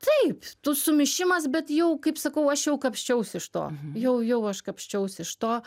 taip tu sumišimas bet jau kaip sakau aš jau kapsčiaus iš to jau jau aš kapsčiaus iš to